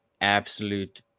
absolute